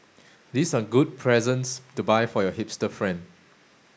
these are good presents to buy for your hipster friend